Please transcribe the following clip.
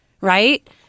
Right